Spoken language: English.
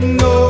no